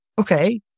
okay